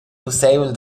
pusseivel